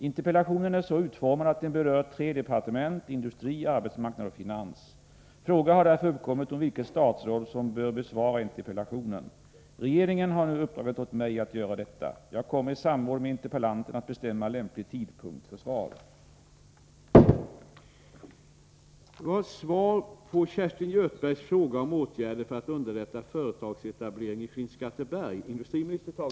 Interpellationen är så utformad att den berör tre departement, industri-, arbetsmarknadsoch finansdepartementen. Fråga har därför uppkommit om vilket statsråd som bör besvara interpellationen. Regeringen har nu uppdragit åt mig att göra detta. Jag kommer i samråd med interpellanten att bestämma lämplig tidpunkt för avlämnande av svar.